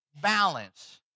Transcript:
balance